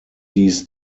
dies